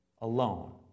alone